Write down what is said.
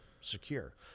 secure